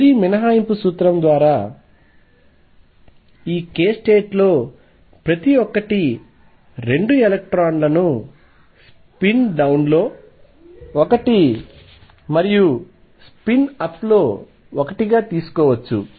పౌలి మినహాయింపు సూత్రం ద్వారా ఈ k స్టేట్లో ప్రతి ఒక్కటి 2 ఎలక్ట్రాన్ లను స్పిన్ డౌన్ లో ఒకటి మరియు స్పిన్ అప్ లో ఒకటిగా తీసుకోవచ్చు